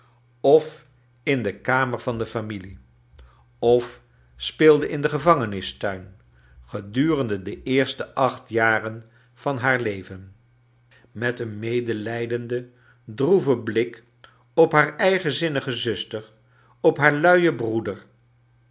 of in de kamer van de familie of speelde in den gevangenistuin gedurende cle eerste acht jaren van haar leven met een medelijdenden droeven blik op haar eigenzinnige zuster op haar linen broedor